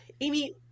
Amy